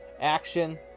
action